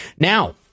Now